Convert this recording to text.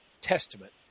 Testament